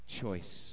choice